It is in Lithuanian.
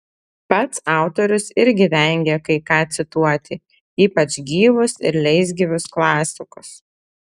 pats autorius irgi vengia kai ką cituoti ypač gyvus ir leisgyvius klasikus